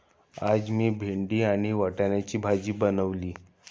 आज मी भेंडी आणि बटाट्याची भाजी बनवली